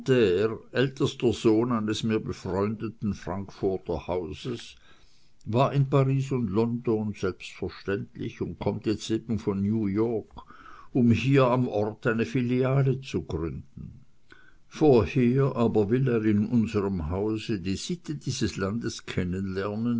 ältester sohn eines mir befreundeten frankfurter hauses war in paris und london selbstverständlich und kommt eben jetzt von new york um hier am ort eine filiale zu gründen vorher aber will er in unserem hause die sitte dieses landes